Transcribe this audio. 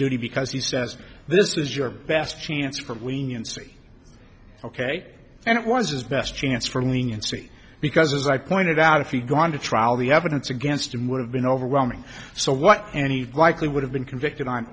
duty because he says this is your best chance for leniency ok and it was his best chance for leniency because as i pointed out if you'd gone to trial the evidence against him would have been overwhelming so what and he likely would have been convicted on